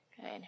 Good